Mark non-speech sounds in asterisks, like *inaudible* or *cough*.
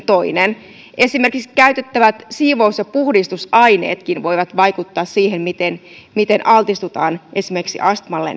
*unintelligible* toinen esimerkiksi käytettävät siivous ja puhdistusaineetkin voivat vaikuttaa siihen miten julkisissa tiloissa altistutaan esimerkiksi astmalle *unintelligible*